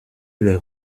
les